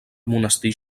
monestir